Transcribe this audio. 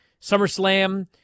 SummerSlam